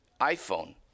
iPhone